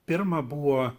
pirma buvo